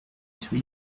celui